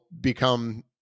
become